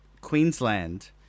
Queensland